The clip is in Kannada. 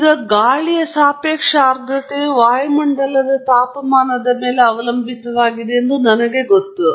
ಈಗ ಗಾಳಿಯ ಸಾಪೇಕ್ಷ ಆರ್ದ್ರತೆಯು ವಾಯುಮಂಡಲದ ತಾಪಮಾನದ ಮೇಲೆ ಅವಲಂಬಿತವಾಗಿದೆ ಎಂದು ನನಗೆ ಗೊತ್ತು